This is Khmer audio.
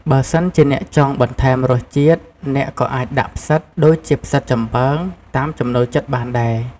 បើសិនជាអ្នកចង់បន្ថែមរសជាតិ អ្នកក៏អាចដាក់ផ្សិត ដូចជាផ្សិតចំបើង តាមចំណូលចិត្តបានដែរ។